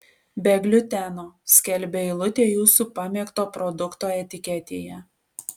be gliuteno skelbia eilutė jūsų pamėgto produkto etiketėje